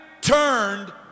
turned